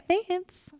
advance